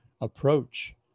approach